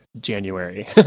January